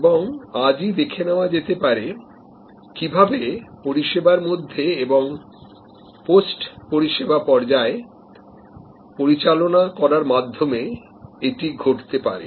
এবং আজই দেখে নেওয়া যেতে পারে কিভাবে পরিষেবার মধ্যে এবং পোস্ট পরিষেবা পর্যায় পরিচালনা করার মাধ্যমে এটি হতে পারে